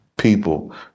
people